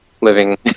living